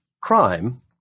crime